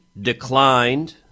declined